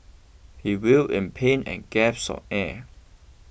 he writh in pain and gasped for air